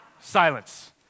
Silence